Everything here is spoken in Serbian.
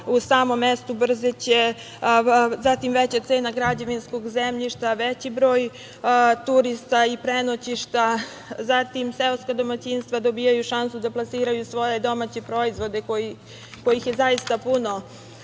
u samom mestu Brzeće, zatim veća cena građevinskog zemljišta, veći broj turista i prenoćišta, zatim seoska domaćinstva dobijaju šansu da plasiraju svoje domaće proizvode kojih je zaista puno